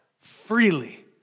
freely